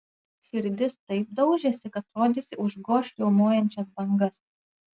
širdis taip daužėsi kad rodėsi užgoš riaumojančias bangas